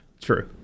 True